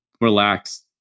relax